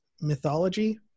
mythology